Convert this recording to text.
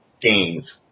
games